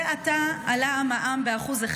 זה עתה עלה המע"מ ב-1%,